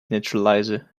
neuralizer